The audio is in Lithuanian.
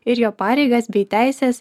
ir jo pareigas bei teises